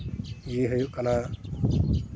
ᱤᱭᱟᱹ ᱦᱩᱭᱩᱜ ᱠᱟᱱᱟ